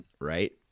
right